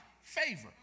favor